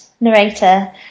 narrator